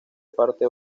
parte